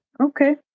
Okay